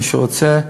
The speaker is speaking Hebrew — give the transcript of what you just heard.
למי שרוצה,